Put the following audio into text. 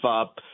up